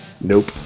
Nope